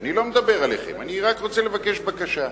אני לא מדבר עליכם, אני רק רוצה לבקש בקשה.